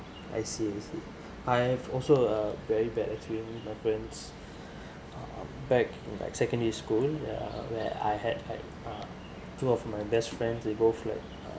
I see I see I've also a very bad experience with my friends uh back in like secondary school where I had like uh two of my best friends they both like